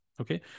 Okay